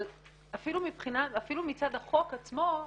אבל אפילו מצד החוק עצמו,